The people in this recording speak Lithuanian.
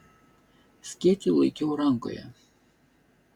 skėtį laikiau rankoje